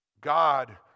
God